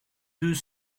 deux